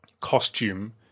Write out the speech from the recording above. costume